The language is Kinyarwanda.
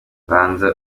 banza